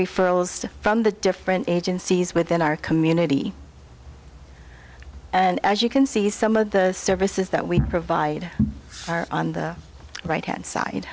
referrals from the different agencies within our community and as you can see some of the services that we provide are on the right hand side